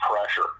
pressure